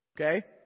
Okay